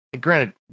granted